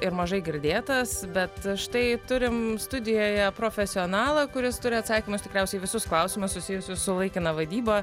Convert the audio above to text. ir mažai girdėtas bet štai turim studijoje profesionalą kuris turi atsakymus tikriausiai į visus klausimus susijusius su laikina vadyba